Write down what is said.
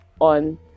on